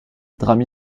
drame